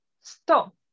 Stop